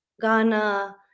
Ghana